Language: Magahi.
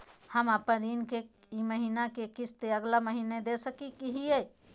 हम अपन ऋण के ई महीना के किस्त अगला महीना दे सकी हियई?